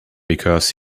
because